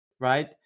Right